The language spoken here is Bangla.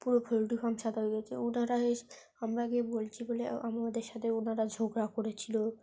পুরো পোলট্রি ফার্ম সাদা হয়ে গিয়েছে ওনারা এসে আমরা গিয়ে বলছি বলে আমাদের সাথে ওনারা ঝগড়া করেছিল